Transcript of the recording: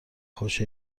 خوش